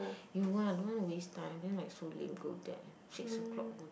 you won't I don't want waste time then like so lame go there six o-clock go